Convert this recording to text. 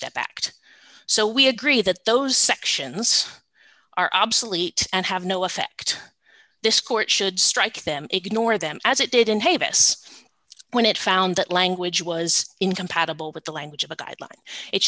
step back so we agree that those sections are obsolete and have no effect this court should strike them ignore them as it did in hate us when it found that language was incompatible with the language of a guideline it